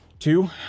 Two